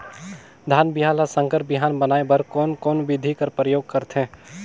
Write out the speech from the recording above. धान बिहान ल संकर बिहान बनाय बर कोन कोन बिधी कर प्रयोग करथे?